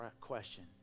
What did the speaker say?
question